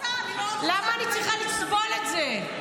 אני מאוד רוצה --- למה אני צריכה לסבול את זה?